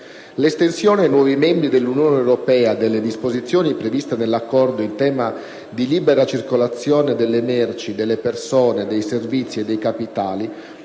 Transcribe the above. L'estensione ai nuovi membri dell'Unione europea delle disposizioni previste dall'Accordo in tema di libera circolazione delle merci, delle persone, dei servizi e dei capitali